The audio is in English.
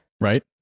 Right